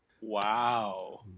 Wow